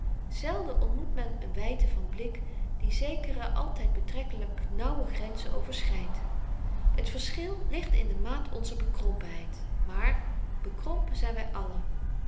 zelden ontmoet men n wydte van blik die zekere altyd betrekkelyk nauwe grenzen overschrydt t verschil ligt in de maat onzer bekrompenheid maar bekrompen zyn wy allen